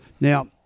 Now